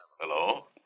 Hello